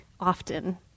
often